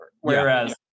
Whereas